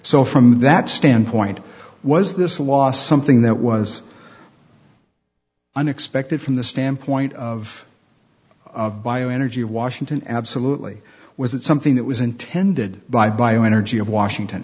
so from that standpoint was this law something that was unexpected from the standpoint of bioenergy washington absolutely was it something that was intended by bioenergy of washington